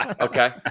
Okay